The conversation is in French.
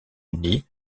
unis